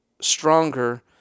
Stronger